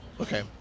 Okay